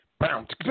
bounce